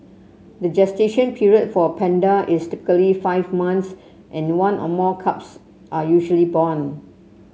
the gestation period for a panda is typically five months and one or more cubs are usually born